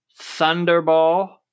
Thunderball